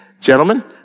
gentlemen